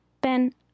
Ben